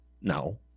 No